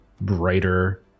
brighter